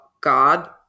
God